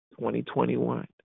2021